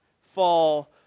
fall